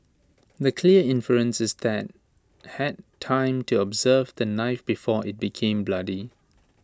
the clear inference is that had time to observe the knife before IT became bloody